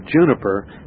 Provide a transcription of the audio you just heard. juniper